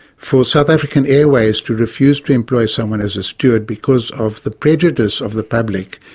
for south african airways to refuse to employ someone as a steward because of the prejudice of the public,